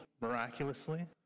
miraculously